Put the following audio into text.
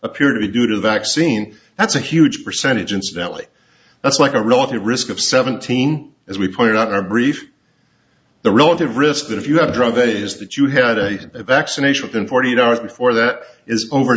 appear to be due to vaccine that's a huge percentage incidentally that's like a relative risk of seventeen as we pointed out in our brief the relative risk that if you have a drug that is that you had a vaccination than forty eight hours before that is over